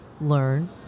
learn